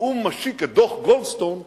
האו"ם משיק את דוח גולדסטון ב-2008,